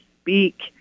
speak